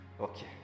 Okay